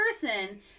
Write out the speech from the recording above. person